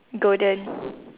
golden